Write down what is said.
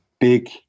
big